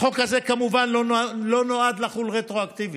החוק הזה, כמובן, לא נועד לחול רטרואקטיבית.